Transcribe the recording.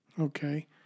okay